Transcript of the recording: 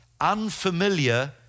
unfamiliar